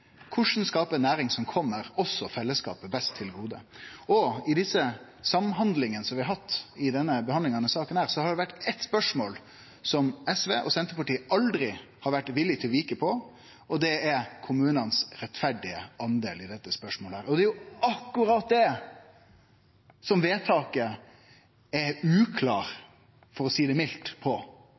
korleis skape ei næring som også kjem fellesskapet best til gode? I dei samhandlingane som vi har hatt i behandlinga av denne saka, har det vore eitt spørsmål som SV og Senterpartiet aldri har vore villig til å vike i, og det er den rettferdige delen til kommunane i dette spørsmålet. Det er akkurat der forslaget til vedtak er uklart – for å seie det mildt. Og det er da det er